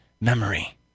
memory